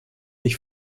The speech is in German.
ich